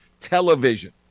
television